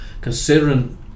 considering